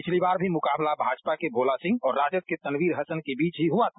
पिछली बार भी मुकाबला भाजपा के भोला सिंह और राजद के तनवीर हसन के बीच ही हआ था